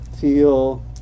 feel